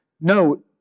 No